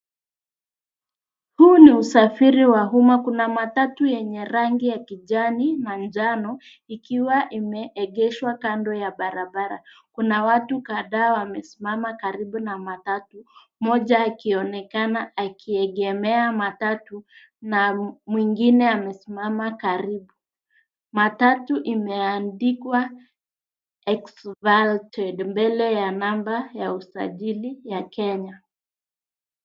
Huu ni usafiri wa umma. Kuna matatu yenye rangi ya kijani na njano ikiwa imeegeshwa kando ya barabara. Kuna watu kadhaa wamesimama karibu na matatu, mmoja akionekana akiegemea matatu na mwingine amesimama karibu. Matatu imeandikwa exalted mbele ya namba ya usajili ya Kenya.